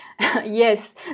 Yes